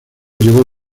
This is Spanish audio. llevó